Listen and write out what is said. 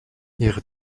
ihre